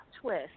twist